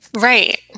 right